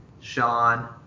Sean